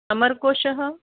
अमरकोशः